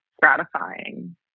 gratifying